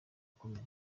ukomeye